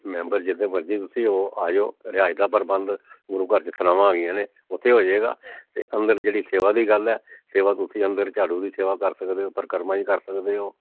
member ਜਿੰਨੇ ਮਰਜ਼ੀ ਤੁਸੀਂ ਹੋ ਆ ਜੋ ਰਿਹਾਇਸ਼ ਦਾ ਪ੍ਰਬੰਧ ਗੁਰੂ ਘਰ 'ਚ ਸਰਾਂਵਾਂ ਹੈਗੀਆਂ ਨੇ ਉੱਥੇ ਹੋ ਜਾਏਗਾ ਅਤੇ ਅੰਦਰ ਜਿਹੜੀ ਸੇਵਾ ਦੀ ਗੱਲ ਹੈ ਸੇਵਾ ਤੁਸੀਂ ਅੰਦਰ ਝਾੜੂ ਦੀ ਸੇਵਾ ਕਰ ਸਕਦੇ ਹੋ ਪਰਿਕਰਮਾ ਦੀ ਕਰ ਸਕਦੇ ਹੋ